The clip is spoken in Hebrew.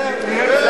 נראה.